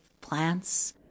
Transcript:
plants